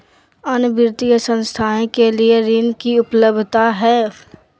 अन्य वित्तीय संस्थाएं के लिए ऋण की उपलब्धता है?